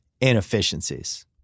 Inefficiencies